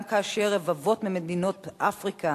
גם כאשר רבבות ממדינות אפריקה